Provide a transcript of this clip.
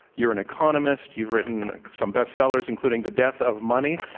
you're an economist. you've written some best sellers, including the death of money.